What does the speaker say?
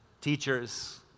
teachers